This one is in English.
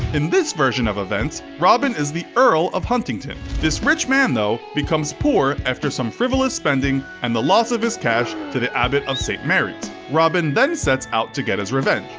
in this version of events robin is the earl of huntington. this rich man, though, becomes poor after some frivolous spending and the loss of his cash to the abbot of st. mary's. robin then sets out to get his revenge.